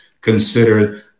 considered